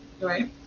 Right